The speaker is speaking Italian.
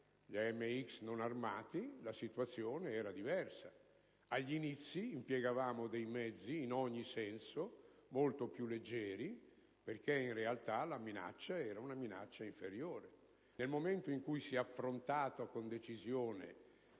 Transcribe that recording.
gli AMX non armati la situazione era diversa. Agli inizi impiegavamo dei mezzi in ogni senso molto più leggeri, perché in realtà la minaccia era inferiore. Nel momento in cui si è affrontato con decisione